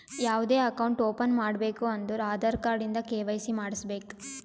ಯಾವ್ದೇ account open ಮಾಡ್ಬೇಕ ಅಂದುರ್ ಆಧಾರ್ ಕಾರ್ಡ್ ಇಂದ ಕೆ.ವೈ.ಸಿ ಮಾಡ್ಸಬೇಕ್